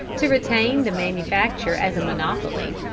to retain the manufacture as a monopoly.